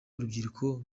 urubyiruko